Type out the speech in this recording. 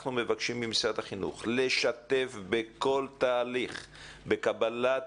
אנחנו מבקשים ממשרד החינוך לשתף בכל תהליך בקבלת